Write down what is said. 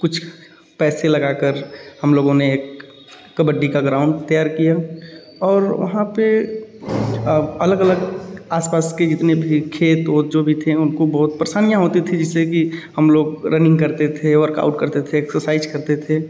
कुछ पैसे लगाकर हम लोगों ने एक कबड्डी का ग्राउंड तैयार किया और वहाँ पे अलग अलग आसपास के जितने भी खेत ओत जो भी थे उनको बहुत परेशानियाँ होती थीं जैसे कि हम लोग रनिंग करते थे वर्कआउट करते थे एक्सरसाइज करते थे